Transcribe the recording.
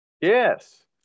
Yes